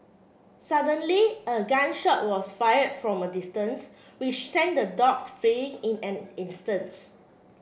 suddenly a gun shot was fired from a distance which sent the dogs fleeing in an instant